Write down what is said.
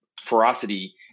ferocity